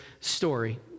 story